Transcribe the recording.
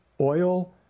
oil